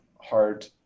hard